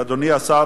אדוני השר,